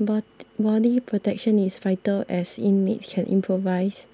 but body protection is vital as inmates can improvise